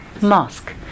mosque